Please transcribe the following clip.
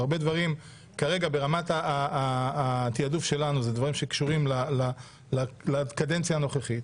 והרבה דברים כרגע ברמת התעדוף שלנו זה דברים שקשורים לקדנציה הנוכחית.